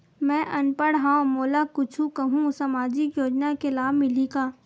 मैं अनपढ़ हाव मोला कुछ कहूं सामाजिक योजना के लाभ मिलही का?